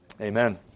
Amen